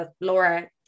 laura